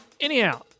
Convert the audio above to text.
Anyhow